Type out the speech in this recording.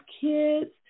kids